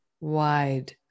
wide